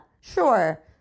sure